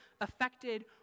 affected